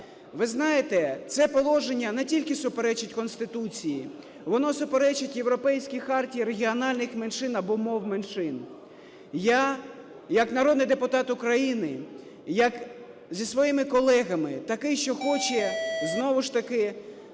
Ви знаєте, це положення не тільки суперечить Конституції, воно суперечить Європейській хартії регіональних меншин або мов меншин. Я як народний депутат України, зі своїми колегами, такий, що хоче знову ж таки